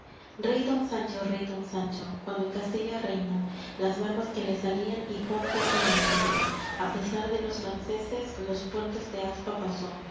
rey don sancho rey don sancho cuando en castilla reinó las barbas que le salían y cuán poco las logró á pesar de los franceses los puertos de aspa pasó